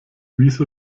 wieso